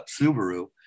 Subaru